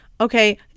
okay